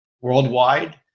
worldwide